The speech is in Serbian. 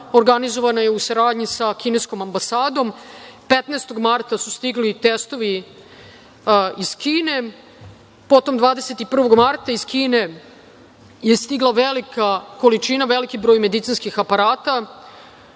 organizovana je u saradnji sa kineskom ambasadom. Iz Kine su stigli 15. marta testovi, potom 21. marta iz Kine je stigla velika količina, veliki broj medicinskih aparata,